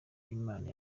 imana